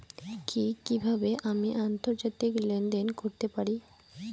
কি কিভাবে আমি আন্তর্জাতিক লেনদেন করতে পারি?